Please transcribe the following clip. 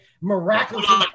miraculously